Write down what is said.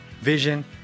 vision